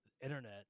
internet